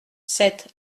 sept